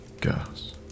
gas